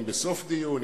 אם בסוף דיון,